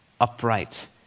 upright